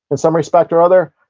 in some respect or other.